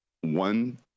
one